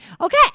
Okay